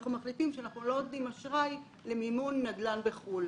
אנחנו מחליטים שאנחנו לא נותנים אשראי למימון נדל"ן בחו"ל,